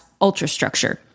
ultrastructure